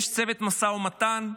יש צוות משא ומתן.